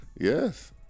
Yes